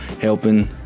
helping